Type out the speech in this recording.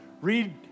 read